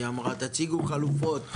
תציגו חלופות,